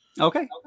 okay